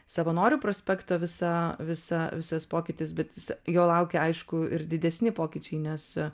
savanorių prospekto visa visa visas pokytis bet jo laukia aišku ir didesni pokyčiai nes